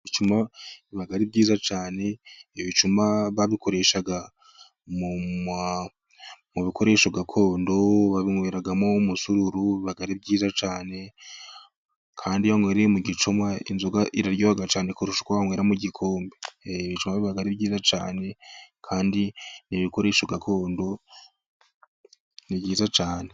Ibicuma biba ari byiza cyane. Ibicuma babikoreshaga mu bikoresho gakondo, banyweramo umusururu biba ari byiza cyane, kandi iyo wanywereye mu gicuma inzoga iryoha cyane kurusha uko wanywera mu gikombe, ibicuma biba ari byiza cyane, kandi ni ibikoresho gakondo byiza cyane.